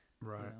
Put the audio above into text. Right